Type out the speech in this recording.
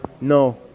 No